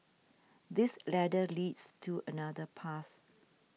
this ladder leads to another path